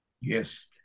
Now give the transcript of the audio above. Yes